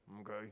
okay